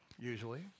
usually